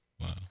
Wow